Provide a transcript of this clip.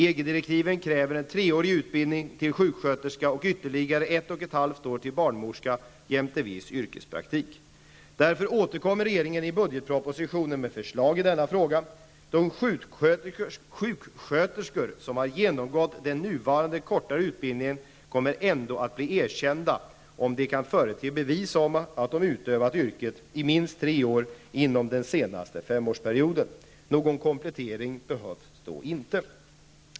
EG direktiven kräver en treårig utbildning till sjuksköterska och ytterligare ett och ett halvt år till barnmorska jämte viss yrkespraktik. Därför återkommer regeringen i budgetpropositionen med förslag i denna fråga. De sjuksköterskor som har genomgått den nuvarande kortare utbildningen kommer ändå att bli erkända om de kan förete bevis om att de utövat yrket i minst tre år inom den senaste femårsperioden. Någon komplettering behövs då inte.